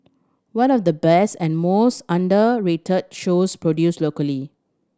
one of the best and most underrated shows produced locally